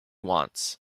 wants